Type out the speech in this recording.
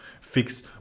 fix